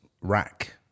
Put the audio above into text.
Rack